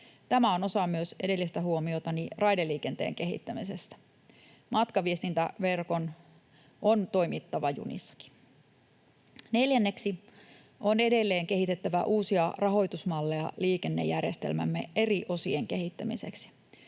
Tämä on osa myös edellistä huomiotani raideliikenteen kehittämisessä. Matkaviestintäverkon on toimittava junissakin. Neljänneksi on edelleen kehitettävä uusia rahoitusmalleja liikennejärjestelmämme eri osien kehittämiseksi.